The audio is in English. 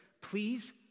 please